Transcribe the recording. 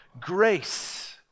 grace